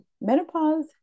menopause